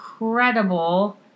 incredible